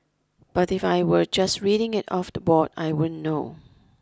but if I were just reading it off the board I wouldn't know